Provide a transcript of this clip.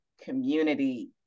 community